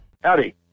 Howdy